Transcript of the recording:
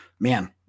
Man